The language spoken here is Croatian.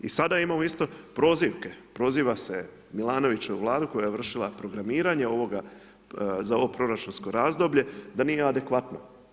I sada imamo isto prozivke, proziva se Milanovićeva vlada koja je vršila programiranje ovoga, za ovo proračunsko razdoblje, da nije adekvatna.